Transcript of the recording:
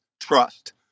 Trust